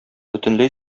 бөтенләй